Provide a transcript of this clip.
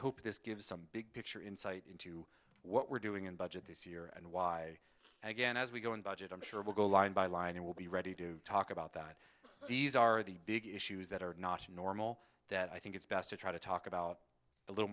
hope this gives some big picture insight into what we're doing in budget this year and why again as we go on budget i'm sure will go line by line and we'll be ready to talk about that these are the big issues that are not normal that i think it's best to try to talk about a little